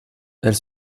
elles